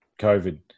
COVID